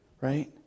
right